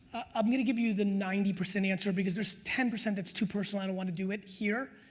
i'm gonna give you the ninety percent answer because there's ten percent that's too personal i don't want to do it here.